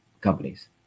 companies